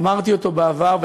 ואמרתי אותו בעבר,